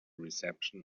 reception